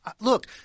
look